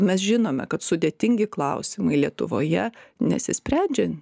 mes žinome kad sudėtingi klausimai lietuvoje nesisprendžia